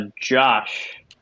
Josh